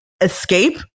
Escape